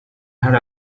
had